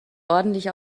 ordentlich